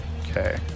Okay